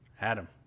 Adam